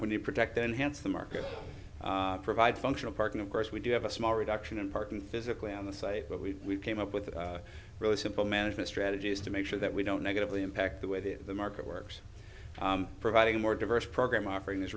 when the project enhance the market provide functional parking of course we do have a small reduction in parking physically on the site but we came up with a really simple management strategies to make sure that we don't negatively impact the way that the market works providing a more diverse programme offering is